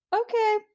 Okay